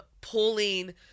pulling –